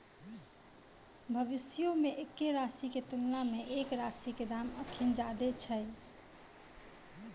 भविष्यो मे एक्के राशि के तुलना मे एक राशि के दाम अखनि ज्यादे छै